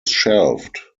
shelved